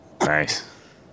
Nice